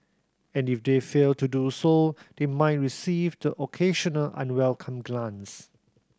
and if they fail to do so they might receive the occasional unwelcome glance